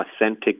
authentic